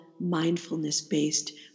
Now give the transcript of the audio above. mindfulness-based